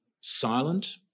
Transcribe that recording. silent